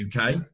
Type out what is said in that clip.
UK